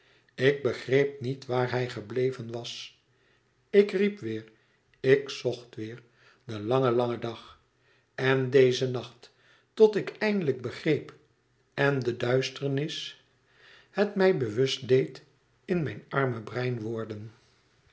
ik begreep niet waar hij gebleven was ik riep weêr ik zocht weêr den langen langen dag en deze nacht tot ik eindelijk begreep en de duisternis het mij bewust deed in mijn arme brein worden